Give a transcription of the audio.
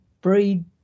breed